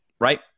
right